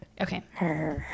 Okay